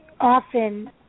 often